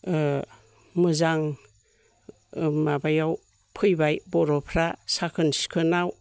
ओ मोजां ओ माबायाव फैबाय बर'फ्रा साखोन सिखोनाव